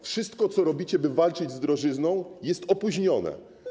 Wszystko, co robicie, by walczyć z drożyzną, jest opóźnione.